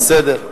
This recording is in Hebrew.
בסדר.